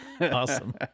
awesome